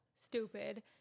stupid